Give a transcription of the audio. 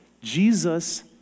Jesus